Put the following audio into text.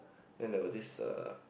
then there was this uh